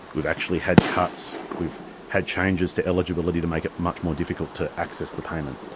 we've actually had cuts, we've had changes to eligibility to make it much more difficult to access the payment.